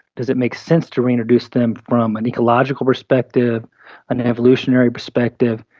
does it make sense to reintroduce them from an ecological perspective and an evolutionary perspective,